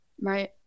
Right